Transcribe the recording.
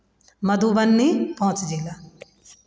मधुबनी पाँच जिला